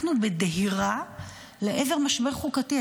אנחנו בדהירה לעבר משבר חוקתי.